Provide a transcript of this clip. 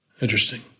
Interesting